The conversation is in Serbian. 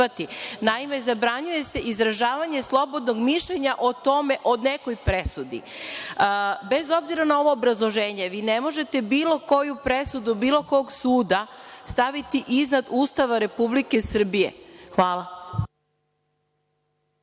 zabranjuje se izražavanje slobodnog mišljenje o nekoj presudi. Bez obzira na ovo obrazloženje, vi ne možete bilo koju presudu, bilo kog suda staviti iznad Ustava Republike Srbije. Hvala.